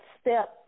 step